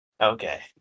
okay